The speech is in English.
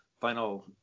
final